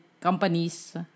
companies